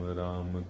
ram